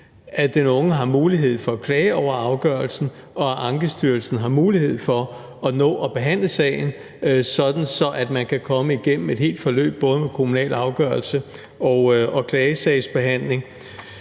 at den unge har mulighed for at klage over afgørelsen, og at Ankestyrelsen har mulighed for at nå at behandle sagen, sådan at man kan komme igennem et helt forløb både med kommunal afgørelse og klagesagsbehandling.